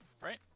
Right